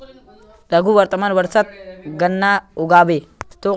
रघु वर्तमान वर्षत गन्ना उगाबे